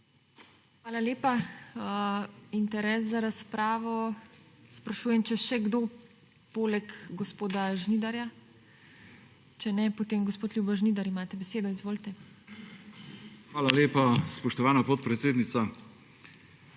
Hvala lepa. Interes za razpravo, sprašujem, če še kdo poleg gospoda Žnidarja? Če ne, potem gospod Ljubo Žnidar imate besedo. Izvolite. LJUBO ŽNIDAR (PS SDS): Hvala lepa spoštovana podpredsednica.